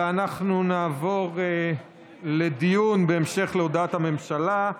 אנחנו נעבור לדיון בהמשך להודעת הממשלה.